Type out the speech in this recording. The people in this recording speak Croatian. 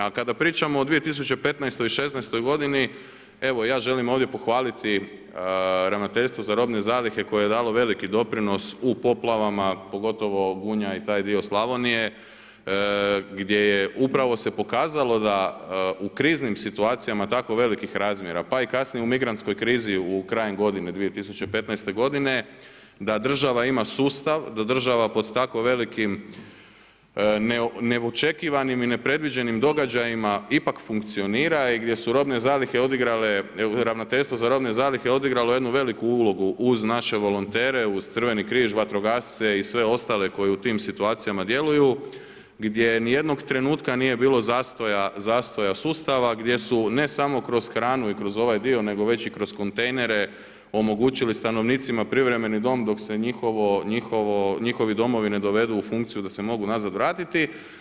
A kada pričamo od 2015. i 2016. evo ja želim ovdje pohvaliti ravnateljstvo za robne zalihe koje je dalo veliki doprinos u poplavama, pogotovo Gunja i taj dio Slavonije gdje je upravo se pokazalo da u kriznim situacijama tako velikih razmjera pa i kasnije u migrantskoj krizi krajem godine 2015. godine da država ima sustav, da država pod tako velikim neočekivanim i nepredviđenim događajima ipak funkcionira i gdje su robne zalihe odigrale, ravnateljstvo za robne zalihe odigralo jednu veliku ulogu uz naše volontere, uz Crveni Križ, vatrogasce i sve ostale koji u tim situacijama djeluju gdje niti jednog trenutka nije bilo zastoja sustava, gdje su ne samo kroz hranu i kroz ovaj dio, nego već i kroz kontejnere omogućili stanovnicima privremeni dom dok se njihovi domovi ne dovedu u funkciju da se mogu nazad vratiti.